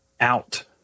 out